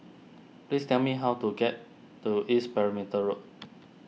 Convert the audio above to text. please tell me how to get to East Perimeter Road